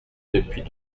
depuis